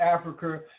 Africa